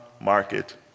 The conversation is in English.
Market